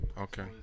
Okay